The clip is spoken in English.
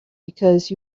because